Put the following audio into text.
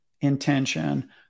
intention